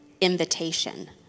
invitation